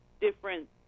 different